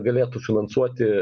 galėtų finansuoti